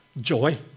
joy